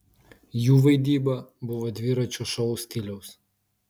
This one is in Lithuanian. jų vaidyba buvo dviračio šou stiliaus